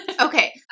Okay